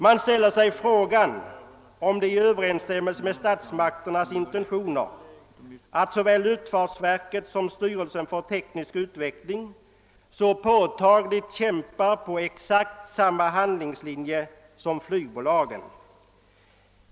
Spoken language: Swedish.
Jag ställer frågan, om det är i överensstämmelse med statmakternas intentioner att såväl luftfartsverket som styrelsen för teknisk utveckling så påtagligt kämpar på exakt samma handlingslinje som flygbolagen.